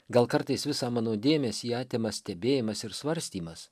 gal kartais visą mano dėmesį atima stebėjimas ir svarstymas